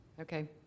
Okay